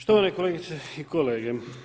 Štovane kolegice i kolege.